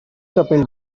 capell